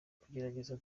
kugerageza